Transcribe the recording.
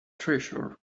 treasure